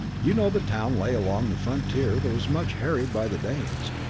you know the town lay along the frontier that was much harried by the danes,